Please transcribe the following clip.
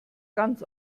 ganz